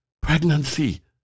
pregnancy